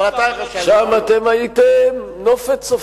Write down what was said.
שם אתם הייתם נופת צופים.